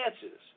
chances